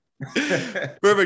Perfect